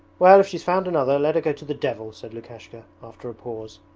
well, if she's found another let her go to the devil said lukashka, after a pause.